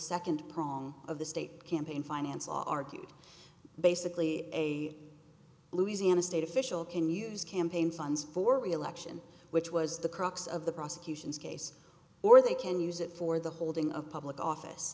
second prong of the state campaign finance law argued basically a louisiana state official can use campaign funds for reelection which was the crux of the prosecution's case or they can use it for the holding of public office